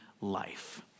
life